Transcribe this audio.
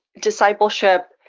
discipleship